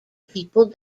people